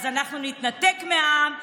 אז "אנחנו נתנתק מהעם",